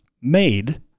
made